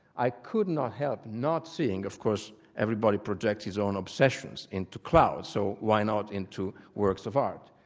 i could not help not seeing of course, everybody projects his own obsessions into clouds, so why not into works of art?